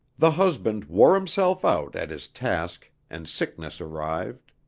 the husband wore himself out at his task and sickness arrived.